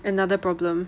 another problem